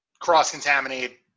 cross-contaminate